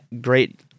great